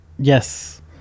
Yes